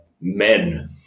Men